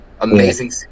amazing